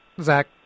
Zach